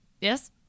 yes